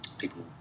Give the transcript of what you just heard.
people